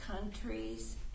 countries